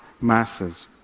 masses